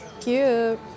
Cute